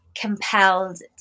compelled